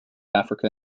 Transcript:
africa